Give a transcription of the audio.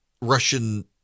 Russian